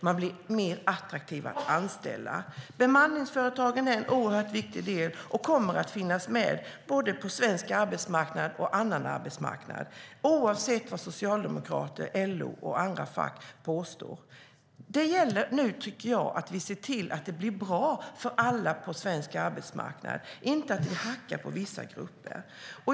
Man blir mer attraktiv att anställa. Bemanningsföretagen är en oerhört viktig del och kommer att finnas med både på svensk arbetsmarknad och på annan arbetsmarknad oavsett vad socialdemokrater, LO och andra fack påstår. Det gäller nu att vi ser till att det blir bra för alla på svensk arbetsmarknad och inte hackar på vissa grupper.